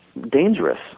dangerous